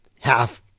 half